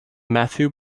matthew